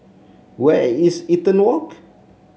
where is Eaton Walk